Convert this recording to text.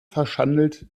verschandelt